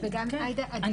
-- אני